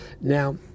now